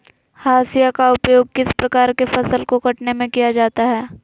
हाशिया का उपयोग किस प्रकार के फसल को कटने में किया जाता है?